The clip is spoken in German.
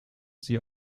sie